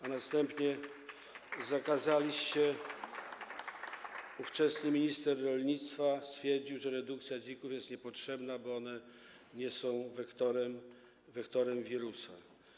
A następnie zakazaliście redukcji, ówczesny minister rolnictwa stwierdził, że redukcja dzików jest niepotrzebna, bo one nie są wektorem wirusa.